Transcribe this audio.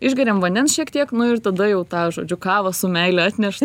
išgeriam vandens šiek tiek nu ir tada jau tą žodžiu kavą su meile atneš